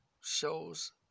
Shows